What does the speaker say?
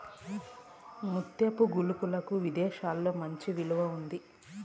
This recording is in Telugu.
ముత్యపు గుల్లలకు విదేశాలలో మంచి విలువ ఉంది